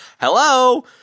Hello